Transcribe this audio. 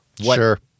Sure